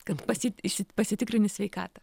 kad pasi išsi pasitikrini sveikatą